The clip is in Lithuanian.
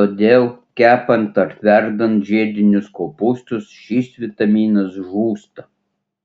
todėl kepant ar verdant žiedinius kopūstus šis vitaminas žūsta